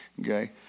Okay